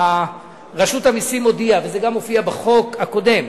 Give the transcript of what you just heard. רשות המסים הודיעה, וזה גם הופיע בחוק הקודם,